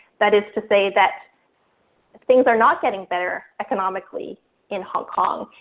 that is to say that things are not getting better economically in hong kong.